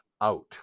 out